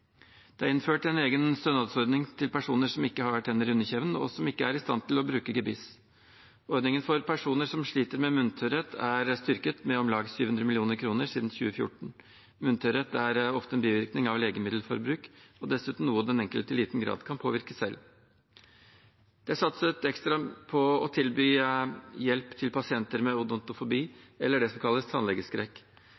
Det er innført en egen stønadsordning til personer som ikke har tenner i underkjeven, og som ikke er i stand til å bruke gebiss. Ordningen for personer som sliter med munntørrhet, er styrket med om lag 700 mill. kr siden 2014. Munntørrhet er ofte en bivirkning av legemiddelforbruk og dessuten noe den enkelte i liten grad kan påvirke selv. Det er satset ekstra på å tilby hjelp til pasienter med odontofobi,